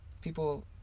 People